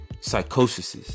psychosis